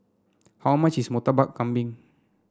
how much is Murtabak Kambing